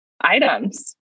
items